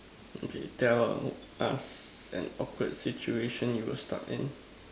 okay tell us an awkward situation you were stuck in